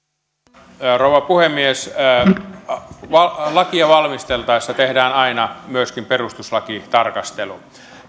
arvoisa rouva puhemies lakia valmisteltaessa tehdään aina myöskin perustuslakitarkastelu